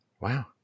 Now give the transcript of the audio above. Wow